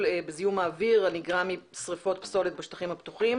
בזיהום אויר הנגרם משריפות פסולת בשטחים הפתוחים.